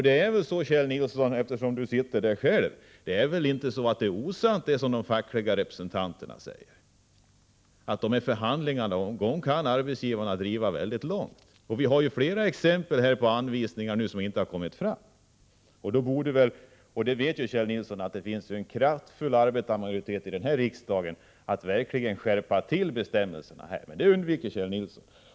Det som de fackliga representanterna säger är väl inte osant, Kjell Nilsson — jag frågar dig eftersom du själv sitter där — nämligen att arbetsgivarna kan driva de förhandlingarna mycket långt. Vi har ju nu flera exempel på anvisningar som inte har kommit fram. Kjell Nilsson vet att det finns en kraftfull arbetarmajoritet här i riksdagen för att verkligen skärpa bestämmelserna, men det ämnet undviker Kjell Nilsson.